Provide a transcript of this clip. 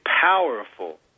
powerful